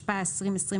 התשפ"ב-2022